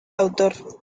autor